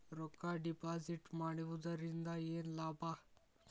ರೊಕ್ಕ ಡಿಪಾಸಿಟ್ ಮಾಡುವುದರಿಂದ ಏನ್ ಲಾಭ?